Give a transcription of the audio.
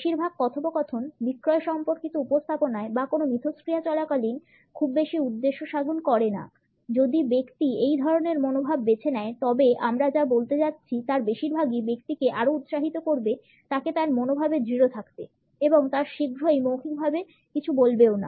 বেশিরভাগ কথোপকথন বিক্রয় সম্পর্কিত উপস্থাপনায় বা কোনও মিথস্ক্রিয়া চলাকালীন খুব বেশি উদ্দেশ্য সাধন করে না যদি ব্যক্তি এই ধরণের মনোভাব বেছে নেয় তবে আমরা যা বলতে যাচ্ছি তার বেশিরভাগই ব্যক্তিকে আরও উৎসাহিত করবে তাকে তার মনোভাবে দৃঢ় থাকতে এবং তার শীঘ্রই মৌখিকভাবে কিছু বলবেনও না